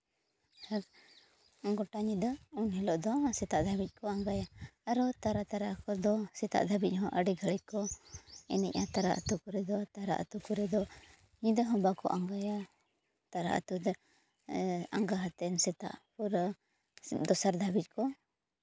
ᱟᱨ ᱜᱳᱴᱟ ᱧᱤᱫᱟᱹ ᱩᱱ ᱦᱤᱞᱳᱜ ᱫᱚ ᱥᱮᱛᱟᱜ ᱫᱷᱟᱹᱵᱤᱡ ᱠᱚ ᱟᱸᱜᱟᱭᱟ ᱟᱨᱦᱚᱸ ᱛᱟᱨᱟ ᱛᱟᱨᱟ ᱠᱚᱫᱚ ᱥᱮᱛᱟᱜ ᱫᱷᱟᱹᱵᱤᱡ ᱦᱚᱸ ᱟᱹᱰᱤ ᱜᱷᱟᱹᱲᱤᱡ ᱠᱚ ᱮᱱᱮᱡᱼᱟ ᱛᱟᱨᱟ ᱟᱹᱛᱩ ᱠᱚᱨᱮ ᱫᱚ ᱛᱟᱨᱟ ᱟᱹᱛᱩ ᱠᱚᱨᱮ ᱫᱚ ᱧᱤᱫᱟᱹ ᱦᱚᱸ ᱵᱟᱝᱠᱚ ᱟᱸᱜᱟᱭᱟ ᱛᱟᱨᱟ ᱟᱹᱛᱩ ᱫᱚ ᱟᱸᱜᱟ ᱠᱟᱛᱮᱫ ᱥᱮᱛᱟᱜ ᱯᱩᱨᱟᱹ ᱫᱚᱥᱟᱨ ᱫᱷᱟᱹᱵᱤᱡ ᱠᱚ